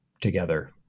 together